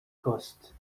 costes